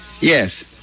Yes